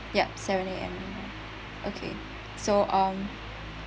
ya seven A_M okay so um